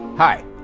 Hi